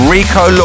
Rico